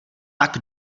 tak